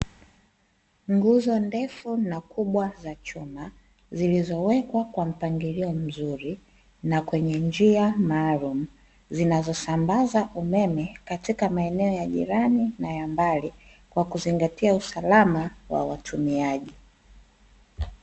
Nguzo ndefu na kubwa za chuma zilizowekwa kwa mpangilio mzuri na kwenye njia maalumu, zinazosambaza umeme katika maeneo ya jirani na ya mbali, kwa kuzingatia usalama wa watumiaji.